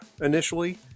initially